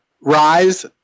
rise